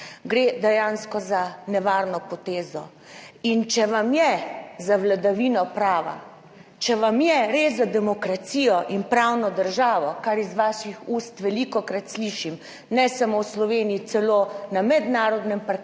Gre dejansko za nevarno potezo in če vam je za vladavino prava, če vam je res za demokracijo in pravno državo, kar iz vaših ust velikokrat slišim, ne samo v Sloveniji, celo na mednarodnem parketu